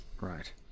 Right